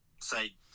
say